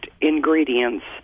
ingredients